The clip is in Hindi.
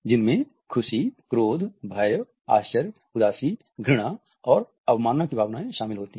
जिनमें खुशी क्रोध भय आश्चर्य उदासी घृणा और अवमानना की भावनाएं शामिल होती हैं